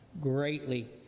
greatly